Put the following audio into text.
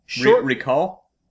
Recall